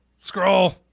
Scroll